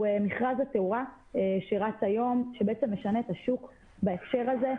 מכרז התאורה שרץ היום שבעצם משנה את השוק בהקשר הזה,